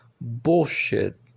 bullshit